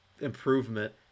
improvement